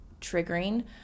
triggering